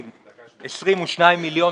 שמולי.